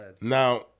now